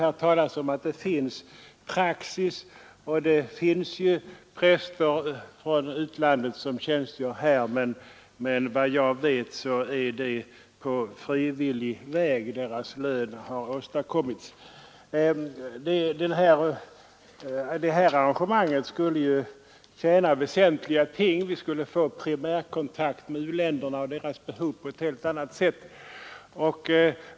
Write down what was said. Statsrådet nämner att här finns praxis och att det finns utländska präster som tjänstgör här, men såvitt jag vet har deras lön åstadkommits på frivillig väg. Det här arrangemanget skulle tjäna väsentliga ting. Vi skulle få primärkontakt med u-länderna och deras behov på ett helt annat sätt än vad som annars är möjligt.